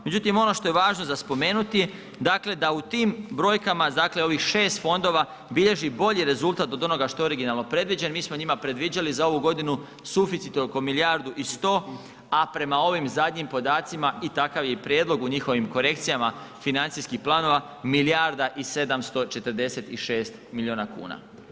Međutim ono što je važno za spomenuti dakle da u tim brojkama dakle ovih 6 fondova bilježi bolji rezultat od onoga što je originalno predviđen, mi smo njima predviđali za ovu godinu suficit oko milijardu i 100, a prema ovim zadnjim podacima i takav je i prijedlog u njihovim korekcijama financijskih planova milijarda i 746 miliona kuna.